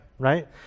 right